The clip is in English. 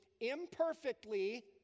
imperfectly